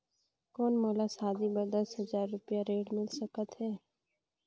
कौन मोला शादी बर दस हजार रुपिया ऋण मिल सकत है?